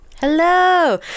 Hello